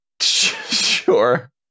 Sure